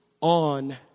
on